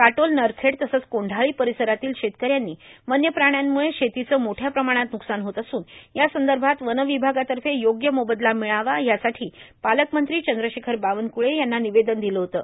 काटोल नरखेड तसंच कोढांळी र्पारसरातील शेतकऱ्यांनी वन्यप्राण्यांमुळे शेतीचं मोठ्या प्रमाणात न्कसान होत असून यासंदभात वन र्वभागातफ योग्य मोबदला र्ममळावा यासाठी पालकमंत्री चंद्रशेखर बावनकुळे यांना र्मानवेदन र्दिलं होतं